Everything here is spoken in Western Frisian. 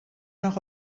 noch